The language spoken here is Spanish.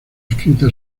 escrita